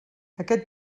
aquest